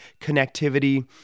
connectivity